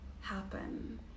happen